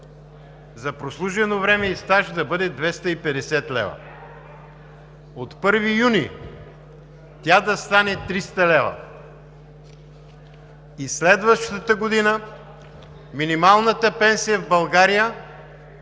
за прослужено време и стаж да бъде 250 лв., от 1 юни 2020 г. тя да стане 300 лв., и следващата година минималната пенсия в България